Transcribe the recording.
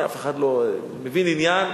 מבין עניין.